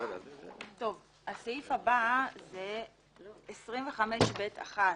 הסעיף הבא הוא 25ב1(ג).